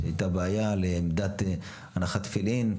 שהייתה בעיה לעמדת הנחת תפילין,